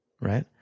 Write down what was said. Right